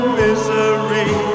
misery